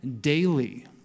daily